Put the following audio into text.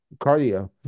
Cardio